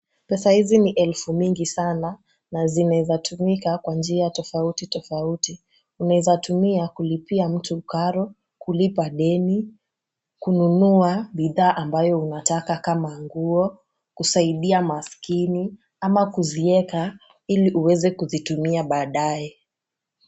Pesa hizi ni elfu mingi sana na zinaweza tumika kwa njia tofauti tofauti. Unaweza tumia kulipia mtu karo, kulipa deni, kununua bidhaa ambayo unataka kama nguo, kusaidia maskini ama kuziweka ili uweze kuzitumia baadaye.